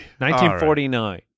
1949